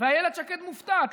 ואילת שקד מופתעת.